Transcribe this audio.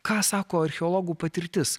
ką sako archeologų patirtis